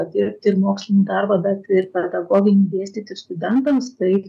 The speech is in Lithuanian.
dirbti ir mokslinį darbą bet ir pedagoginį dėstyti studentams tai